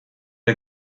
der